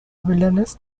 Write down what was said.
wilderness